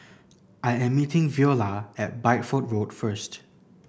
I am meeting Veola at Bideford Road first